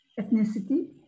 ethnicity